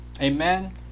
amen